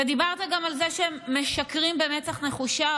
אתה דיברת גם על זה שהם משקרים במצח נחושה.